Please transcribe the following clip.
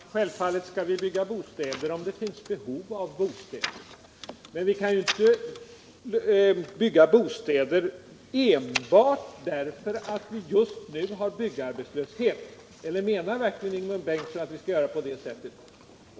Herr talman! Självfallet skall vi bygga bostäder om det finns behov av sådana. Men vi kan ju inte bygga bostäder enbart därför att vi just nu har byggarbetslöshet. Eller menar verkligen Ingemund Bengtsson att vi skall göra på det sättet?